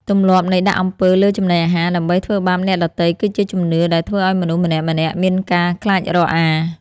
ទម្លាប់នៃដាក់អំពើលើចំណីអាហារ ដើម្បីធ្វើបាបអ្នកដទៃគឺជាជំនឿដែលធ្វើឱ្យមនុស្សម្នាក់ៗមានការខ្លាចរអា។